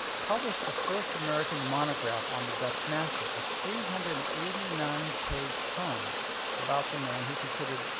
published the first american monograph on the dutch master. a three hundred and eighty nine page tome about the man he considered,